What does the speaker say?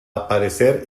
aparecer